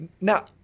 Now